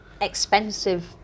expensive